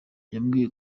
yambwiye